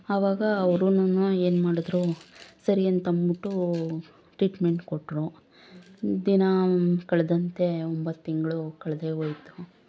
ಆವಾಗ ಅವ್ರು ನನ್ನ ಏನು ಮಾಡಿದ್ರು ಸರಿ ಅಂತ ಅಂದ್ಬಿಟ್ಟು ಟ್ರೀಟ್ಮೆಂಟ್ ಕೊಟ್ಟರು ದಿನ ಕಳೆದಂತೆ ಒಂಬತ್ತು ತಿಂಗಳು ಕಳೆದೇ ಹೋಯ್ತು